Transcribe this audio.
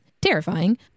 Terrifying